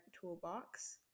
toolbox